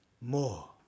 more